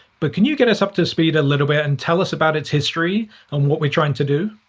but can you get us up to speed a little bit and tell us about its history and what we're trying to do?